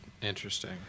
Interesting